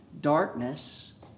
darkness